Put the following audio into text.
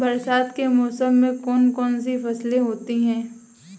बरसात के मौसम में कौन कौन सी फसलें होती हैं?